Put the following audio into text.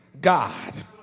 God